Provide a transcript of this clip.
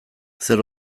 zer